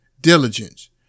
diligence